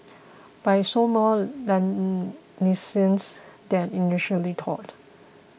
but he showed more leniency than initially thought